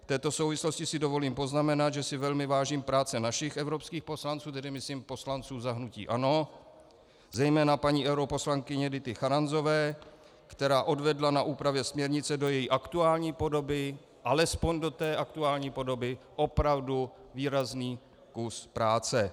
V této souvislosti si dovolím poznamenat, že si velmi vážím práce našich evropských poslanců, tedy myslím poslanců za hnutí ANO, zejména paní europoslankyně Dity Charanzové, která odvedla na úpravě směrnice do její aktuální podoby, alespoň do té aktuální podoby, opravdu výrazný kus práce.